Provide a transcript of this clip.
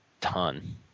ton